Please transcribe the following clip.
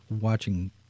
watching